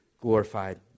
glorified